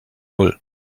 null